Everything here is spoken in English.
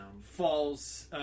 falls